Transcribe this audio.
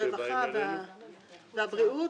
הרווחה והבריאות,